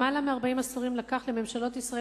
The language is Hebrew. למעלה מארבעה עשורים לקח לממשלות ישראל